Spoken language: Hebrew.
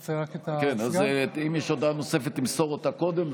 אם יש הודעה נוספת תמסור אותה קודם,